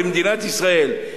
למדינת ישראל,